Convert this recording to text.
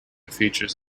features